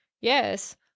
Yes